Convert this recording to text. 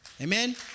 Amen